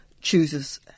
chooses